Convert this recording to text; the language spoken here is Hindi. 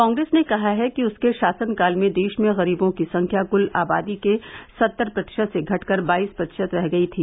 कांग्रेस ने कहा है कि उसके शासनकाल में देश में गरीबों की संख्या कुल आबादी के सत्तर प्रतिशत से घटकर बाईस प्रतिशत रह गई थी